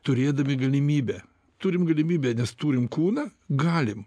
turėdami galimybę turim galimybę nes turim kūną galim